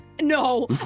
No